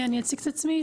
אני אציג את עצמי,